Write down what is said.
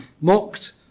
Mocked